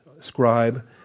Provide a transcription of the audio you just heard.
scribe